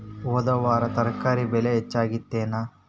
ಹೊದ ವಾರ ತರಕಾರಿ ಬೆಲೆ ಹೆಚ್ಚಾಗಿತ್ತೇನ?